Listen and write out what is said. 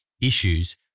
issues